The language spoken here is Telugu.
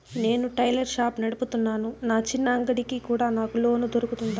నేను టైలర్ షాప్ నడుపుతున్నాను, నా చిన్న అంగడి కి కూడా నాకు లోను దొరుకుతుందా?